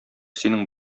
синең